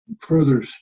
further